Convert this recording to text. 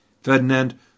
Ferdinand